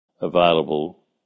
available